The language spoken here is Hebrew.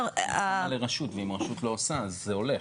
זה ניתן לרשות ואם רשות לא עושה, זה הולך.